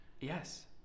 Yes